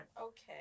Okay